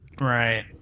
Right